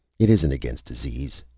it isn't against disease,